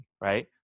right